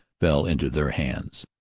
fell into their hands.